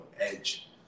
edge